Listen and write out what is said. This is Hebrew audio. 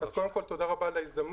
אז קודם כל, תודה רבה על ההזדמנות.